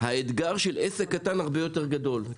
האתגר של עסק קטן הרבה יותר גדול,